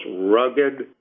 rugged